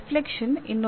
ಒಂದು ಚಿಂತನ ಶಕ್ತಿ